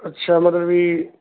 ਅੱਛਾ ਮਤਲਬ ਵੀ